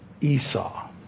Esau